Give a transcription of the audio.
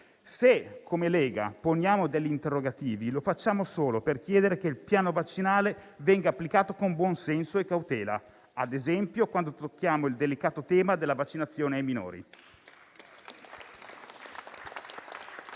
Se come Lega poniamo degli interrogativi lo facciamo solo per chiedere che il piano vaccinale venga applicato con buon senso e cautela, ad esempio quando tocchiamo il delicato tema della vaccinazione ai minori.